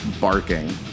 barking